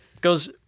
goes